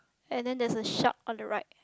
and then there's a shark on the right